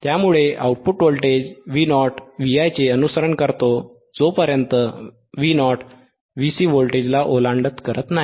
त्यामुळे output voltage Vo Vi चे अनुसरण करतो जोपर्यंत Vo Vc व्होल्टेजला ओलांडत करत नाही